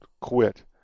quit